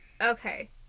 Okay